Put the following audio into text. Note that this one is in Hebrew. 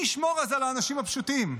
מי ישמור על האנשים הפשוטים?